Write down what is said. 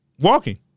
walking